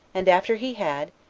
and after he had,